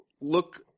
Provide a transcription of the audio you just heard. look